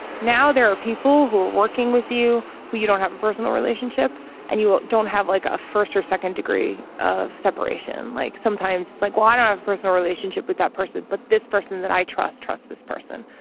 now there are people who are working with you who you don't have a personal relationship and you don't have like a first or second degree of separation like sometimes it's like why not have a personal relationship with that person but this person that i trust trusts this person.